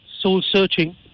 soul-searching